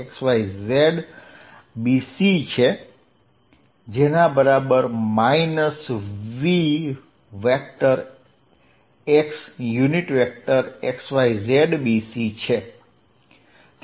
xyz bc છે જેના બરાબર v x xyz bc છે